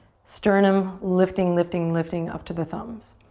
sternum lifting, lifting, lifting up to the thumbs.